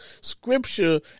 scripture